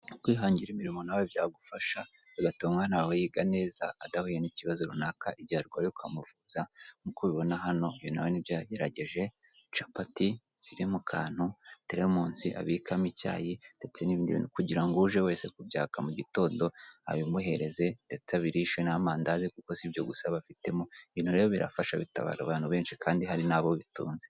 Umugabo wicaye wambaye ishati yirabura wifashe ku munwa, iruhande rwe hari umugore bicaye bareba abantu bari imbere yabo nabo bicaye bari kureba muri ekara nini.